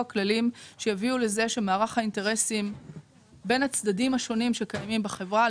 כללים שיביאו לזה שמערך האינטרסים בין הצדדים השונים שקיימים בחברה,